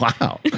Wow